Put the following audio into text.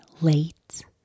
late